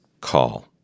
call